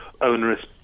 onerous